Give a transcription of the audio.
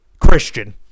Christian